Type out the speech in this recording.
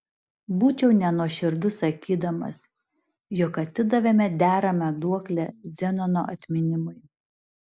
būčiau nenuoširdus sakydamas jog atidavėme deramą duoklę zenono atminimui